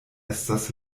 estas